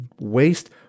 waste